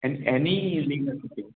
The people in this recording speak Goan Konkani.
N any link